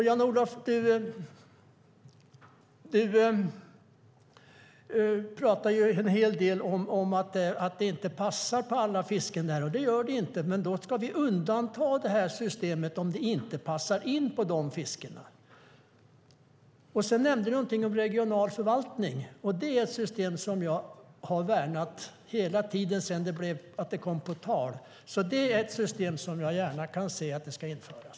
Jan-Olof pratade en hel del om att det inte passar för alla fisken, och det gör det inte. Men då ska vi undanta dem från det här systemet om det inte passar in på de fiskena. Du nämnde också någonting om regional förvaltning, och det är ett system som jag har värnat hela tiden sedan det kom på tal. Det är ett system som jag gärna ser införs.